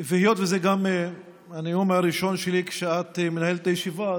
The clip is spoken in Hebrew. היות שזה הנאום הראשון שלי כשאת מנהלת את הישיבה,